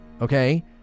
Okay